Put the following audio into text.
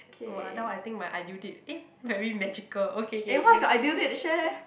!wah! now I think my ideal date eh very magical okay okay ya